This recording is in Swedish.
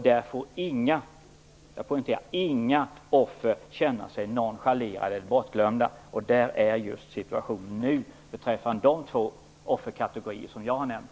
Där får inga, jag poängterar inga offer känna sig nonchalerade eller bortglömda. Sådan är situationen just nu beträffande de två offerkategorier som jag har nämnt.